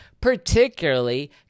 particularly